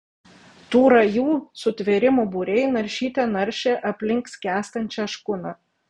tų rajų sutvėrimų būriai naršyte naršė aplink skęstančią škuną